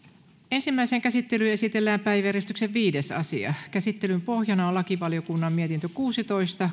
ensimmäiseen käsittelyyn esitellään päiväjärjestyksen viides asia käsittelyn pohjana on lakivaliokunnan mietintö kuusitoista